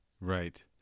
Right